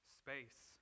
space